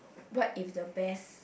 what if the bears